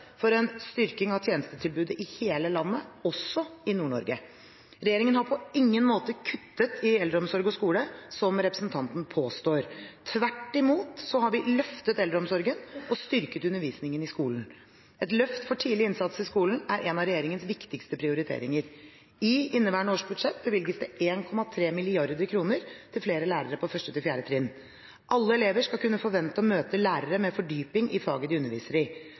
for en styrking av tjenestetilbudet i hele landet, også i Nord-Norge. Regjeringen har på ingen måte kuttet i eldreomsorg og skole, slik representanten påstår. Tvert imot har vi løftet eldreomsorgen og styrket undervisningen i skolen. Et løft for tidlig innsats i skolen er en av regjeringens viktige prioriteringer. I inneværende års budsjett bevilges det 1,3 mrd. kr til flere lærere på 1.–4. trinn. Alle elever skal kunne forvente å møte lærere med fordypning i faget de underviser i.